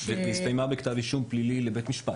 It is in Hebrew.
והסתיימה בכתב אישום פלילי בבית משפט?